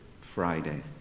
Friday